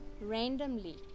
randomly